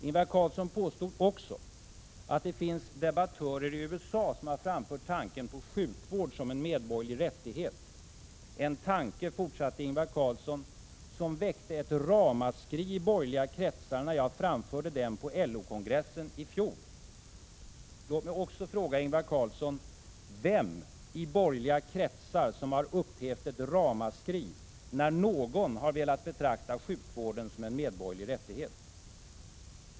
Ingvar Carlsson påstod också att det finns debattörer i USA som framfört tanken på sjukvård som ”en medborgerlig rättighet — en tanke”, fortsatte Ingvar Carlsson, ”som väckte ett ramaskri i borgerliga kretsar, när jag framförde den på LO-kongressen i fjol”. Låt mig också fråga Ingvar Carlsson: Vem i borgerliga kretsar har upphävt ett ramaskri när någon velat betrakta sjukvården som en medborgerlig rättighet?